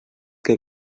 que